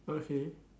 okay